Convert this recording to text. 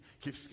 keep